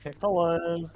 Hello